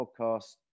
Podcast